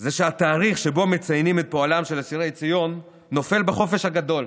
זה שהתאריך שבו מציינים את פועלם של אסירי ציון נופל בחופש הגדול,